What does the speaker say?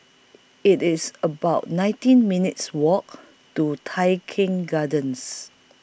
IT IS about nineteen minutes' Walk to Tai Keng Gardens